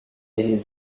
his